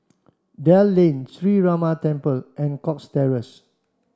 Dell Lane Sree Ramar Temple and Cox Terrace